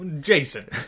Jason